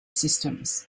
systems